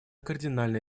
кардинальный